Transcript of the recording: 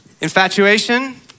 Infatuation